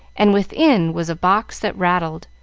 and within was a box that rattled,